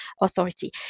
authority